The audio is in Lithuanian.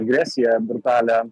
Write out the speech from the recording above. agresiją brutalią